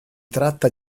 tratta